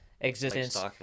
existence